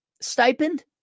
stipend